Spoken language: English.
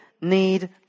need